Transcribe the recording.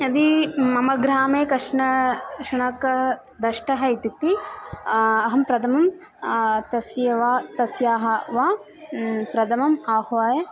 यदि मम ग्रामे कश्चन शुनकः दष्टः इत्युक्ते अहं प्रथमं तस्य वा तस्याः वा प्रथमम् आह्वय